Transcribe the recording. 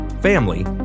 family